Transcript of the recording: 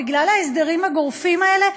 בגלל ההסדרים הגורפים האלה,